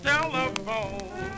Telephone